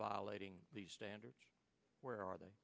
violating these standards where are they